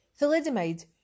Thalidomide